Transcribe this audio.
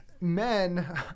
men